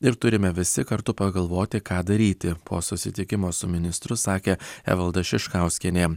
ir turime visi kartu pagalvoti ką daryti po susitikimo su ministru sakė evalda šiškauskienė